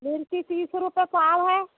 मिर्च तीस रुपये पाव है